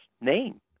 name